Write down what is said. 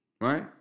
right